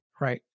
Right